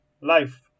life